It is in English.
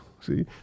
See